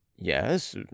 Yes